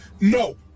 No